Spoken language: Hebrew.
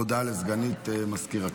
הודעה לסגנית מזכיר הכנסת.